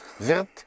wird